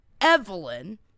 Evelyn